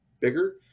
bigger